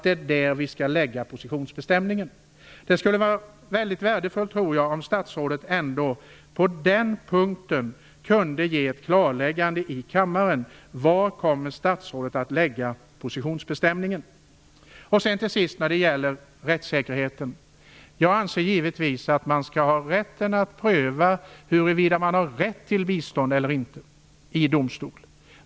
Det skulle vara väldigt värdefullt om statsrådet på den punkten kunde göra ett klarläggande i kammaren. Var kommer statsrådet att lägga positionsbestämningen? Till sist vill jag säga något om rättssäkerheten. Jag anser givetvis att man skall ha rätten att pröva huruvida man har rätt till bistånd eller inte i domstol.